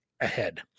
ahead